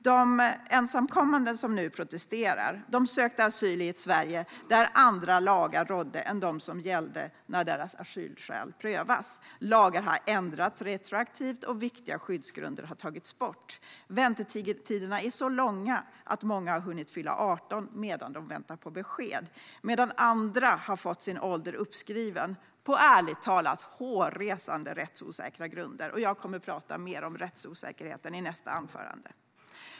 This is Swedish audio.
De ensamkommande som nu protesterar sökte asyl i ett Sverige där andra lagar rådde än de som gällde när deras asylskäl prövades. Lagar har ändrats retroaktivt, och viktiga skyddsgrunder har tagits bort. Väntetiderna är så långa att många har hunnit fylla 18 medan de väntat på besked, medan andra har fått sin ålder uppskriven på ärligt talat hårresande rättsosäkra grunder. Jag kommer att tala mer om rättsosäkerheten i nästa anförande.